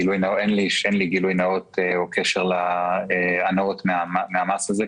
אין לי גילוי נאות או קשר להנאות מן המס הזה,